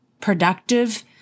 productive